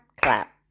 clap